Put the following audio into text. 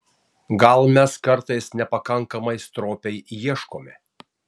gal mes kartais nepakankamai stropiai ieškome